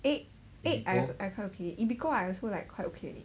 egg egg I quite okay ebiko I also like quite okay